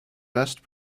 best